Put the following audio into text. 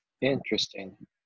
Interesting